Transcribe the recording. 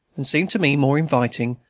and seemed to me more inviting,